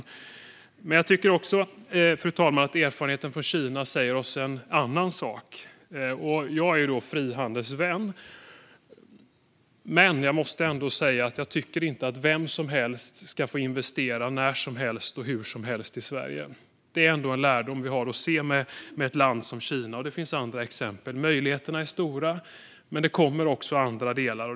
Fru talman! Jag tycker att erfarenheten från Kina också säger oss en annan sak. Jag är frihandelsvän, men jag tycker inte att vem som helst ska få investera när som helst och hur som helst i Sverige. Det är ändå en lärdom vi kan dra när det gäller ett land som Kina. Det finns andra exempel. Möjligheterna är stora. Men de kommer med andra delar.